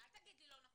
אל תגיד לי לא נכון.